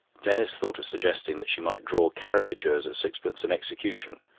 denis thought of suggesting that she might draw caricatures at sixpence an execution,